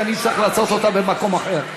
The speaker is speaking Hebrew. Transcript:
כי אני אצטרך לעשות אותה במקום אחר.